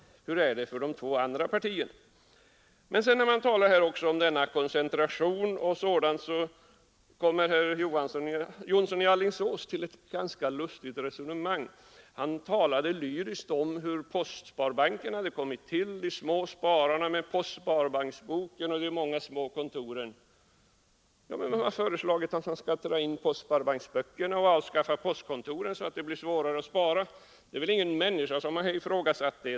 Hur är det för de två andra partierna? Sedan talar man om koncentration och sådant. Där kommer herr Jonsson i Alingsås med ett ganska lustigt resonemang. Han talar lyriskt om hur postsparbanken kommit till, om de små spararna med postsparbanksboken och de många små kontoren. Men vem har föreslagit att man skall dra in postsparbanksböckerna och avskaffa postkontoren, så att det blir svårare att spara? Det är väl ingen människa som har ifrågasatt det.